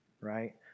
right